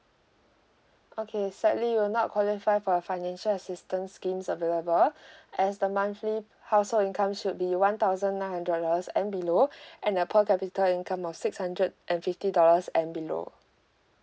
okay sadly you're not qualify for a financial assistance scheme available as the monthly household income should be one thousand nine hundred dollars and below and a per capita income of six hundred and fifty dollars and below